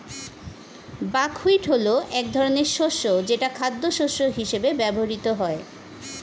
buckwheat হলো এক ধরনের শস্য যেটা খাদ্যশস্য হিসেবে ব্যবহৃত হয়